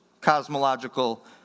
cosmological